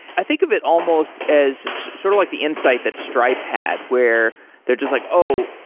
i think of it almost as sort of like the insight that stripe had, where they're just like, oh,